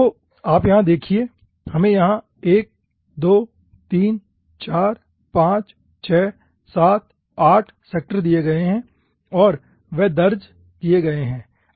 तो आप यहां देखिए हमें यहां 1 2 3 4 5 6 7 8 सेक्टर दिए गए हैं और वे दर्ज किए गए हैं